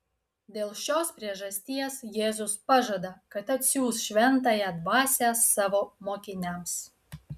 dėl šios priežasties jėzus pažada kad atsiųs šventąją dvasią savo mokiniams